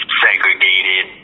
segregated